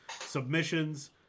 submissions